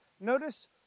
Notice